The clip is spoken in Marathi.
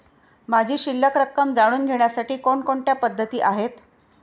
माझी शिल्लक रक्कम जाणून घेण्यासाठी कोणकोणत्या पद्धती आहेत?